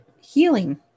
healing